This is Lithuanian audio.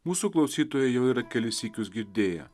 mūsų klausytojai jau yra kelis sykius girdėję